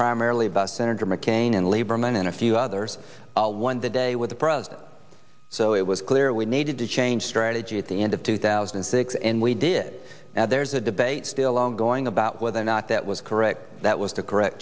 primarily about senator mccain and lieberman and a few others won the day with the president so it was clear we needed to change strategy at the end of two thousand and six and we did now there's a debate still ongoing about whether or not that was correct that was the correct